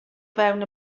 fewn